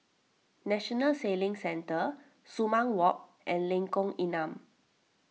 National Sailing Centre Sumang Walk and Lengkong Enam